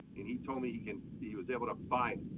and he told me he can. he was able to buy.